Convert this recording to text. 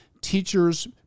teachers